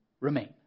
remain